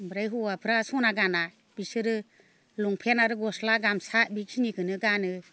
ओमफ्राय हौवाफोरा सना गाना बिसोरो लंपेन्ट आरो गस्ला गामसा बेखिनिखौनो गानो